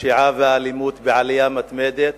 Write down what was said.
הפשיעה והאלימות בעלייה מתמדת,